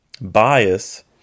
bias